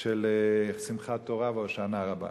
של שמחת תורה והושענא רבה.